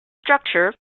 structure